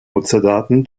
nutzerdaten